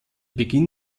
beginn